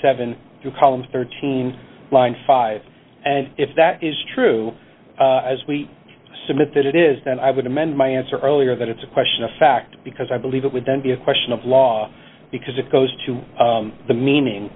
seven through columns thirteen line five and if that is true as we submit that it is then i would amend my answer earlier that it's a question of fact because i believe it would then be a question of law because it goes to the meaning